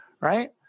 right